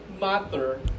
matter